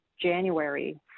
January